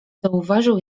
zauważył